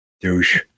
douche